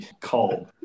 Cold